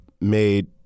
made